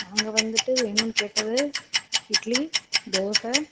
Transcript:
நாங்கள் வந்துட்டு வேணும்னு கேட்டது இட்லி தோசை